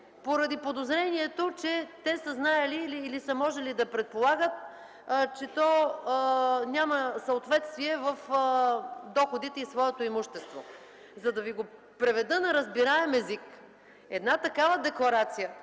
поради подозрението, че те са знаели, или са можели да предполагат, че то няма съответствие в доходите и своето имущество. За да Ви го преведа на разбираем език – една такава декларация,